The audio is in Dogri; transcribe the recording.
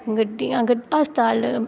गड्डियां अस्पताल